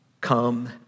Come